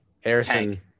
Harrison